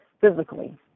physically